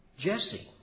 Jesse